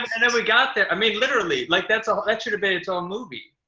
and then we got there, i mean, literally, like, that so that should've been its own movie.